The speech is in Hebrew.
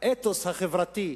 האתוס החברתי,